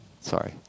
Sorry